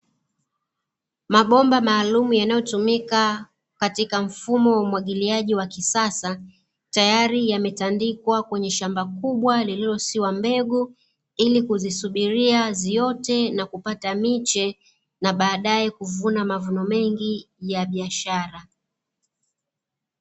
Mabomba maalumu yanayotumika katika mfumo wa umwagiliaji wa kisasa, tayari yametandikwa kwenye shamba kubwa lililosiwa mbegu ili kuzisubiria ziote na kupata miche na baadae kuvuna mavuno mengi ya biashara.